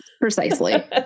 Precisely